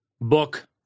book